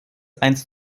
eins